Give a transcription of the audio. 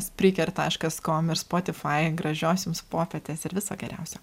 spriker taškas kom ir spotify gražios jums popietės ir viso geriausio